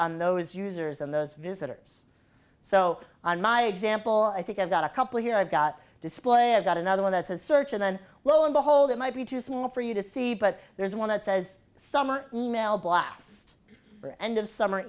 on those users and those visitors so on my example i think i've got a couple here i've got display i've got another one that's a search and then well on the whole that might be too small for you to see but there's one that says summer e mail blast for end of summer